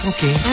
Okay